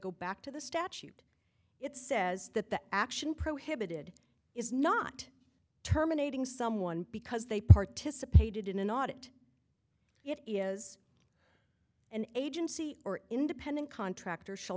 go back to the statute it says that the action prohibited is not terminating someone because they participated in an audit it is an agency or independent contractor sh